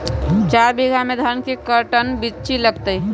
चार बीघा में धन के कर्टन बिच्ची लगतै?